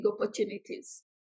opportunities